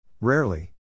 Rarely